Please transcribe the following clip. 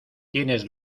tienes